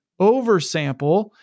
oversample